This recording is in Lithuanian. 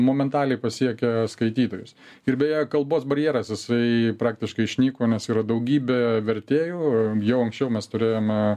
momentaliai pasiekia skaitytojus ir beje kalbos barjeras jisai praktiškai išnyko nes yra daugybė vertėjų jau anksčiau mes turėjome